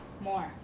more